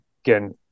Again